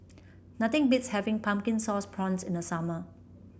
nothing beats having Pumpkin Sauce Prawns in the summer